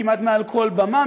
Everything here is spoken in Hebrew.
כמעט מעל כל במה,